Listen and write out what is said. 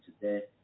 today